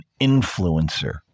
influencer